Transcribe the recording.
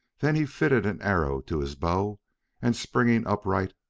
then he fitted an arrow to his bow and springing upright,